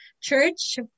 Church